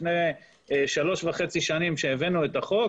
לפני שלוש וחצי שנים שהבאנו את החוק,